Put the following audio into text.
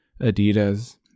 Adidas